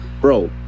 bro